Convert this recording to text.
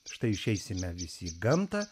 štai išeisime visi į gamtą